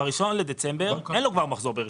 ב-1 בדצמבר אין לו כבר מחזור.